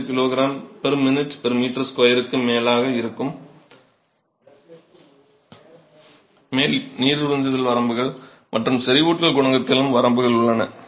05 kg min m2 க்கு மேல் இருக்கும் மேலும் நீர் உறிஞ்சுதலில் வரம்புகள் மற்றும் செறிவூட்டல் குணகத்திலும் வரம்புகள் உள்ளன